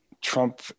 Trump